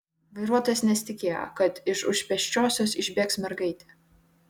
vairuotojas nesitikėjo kad iš už pėsčiosios išbėgs mergaitė